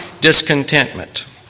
discontentment